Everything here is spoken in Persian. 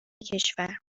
کشور